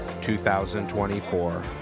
2024